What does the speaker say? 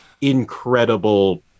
incredible